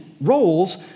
roles